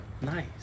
Nice